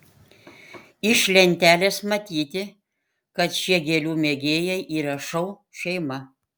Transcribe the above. iš lentelės matyti kad šie gėlių mėgėjai yra šou šeima